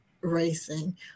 racing